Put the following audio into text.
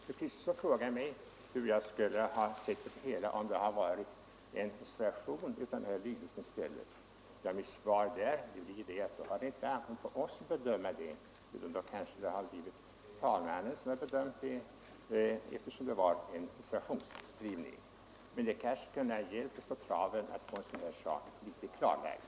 Fru Kristensson frågade mig hur jag skulle ha sett på det hela om det funnits en reservation med samma lydelse. Mitt svar blir att det då inte ankommit på mig att fatta beslut. Då hade det blivit talmannen som fått göra en bedömning, eftersom det varit fråga om en reservationsskrivning. Men det hade måhända medfört att saken blivit bättre klarlagd.